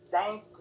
Thank